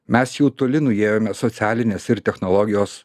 mes jau toli nuėjome socialines ir technologijos